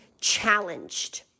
challenged